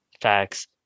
Facts